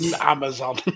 Amazon